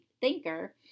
thinker